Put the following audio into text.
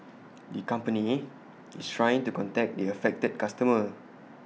the company is trying to contact the affected customer